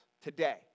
today